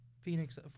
Phoenix